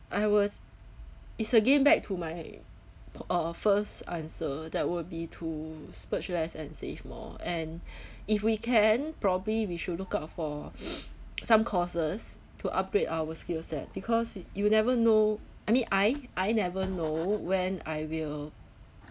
I was it's a game back to my uh first answer that would be to splurge less and save more and if we can probably we should look out for some courses to upgrade our skills that because you never know I mean I I never know when I will